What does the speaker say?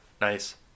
Nice